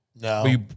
No